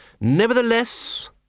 Nevertheless